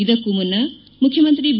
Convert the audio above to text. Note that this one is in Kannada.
ಇದಕ್ಕೂ ಮುನ್ನ ಮುಖ್ಯಮಂತ್ರಿ ಬಿ